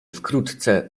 wkrótce